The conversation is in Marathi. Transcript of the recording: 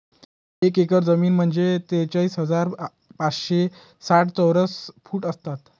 एक एकर जमीन म्हणजे त्रेचाळीस हजार पाचशे साठ चौरस फूट असतात